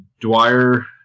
Dwyer